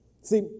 See